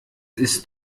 ist